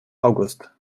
august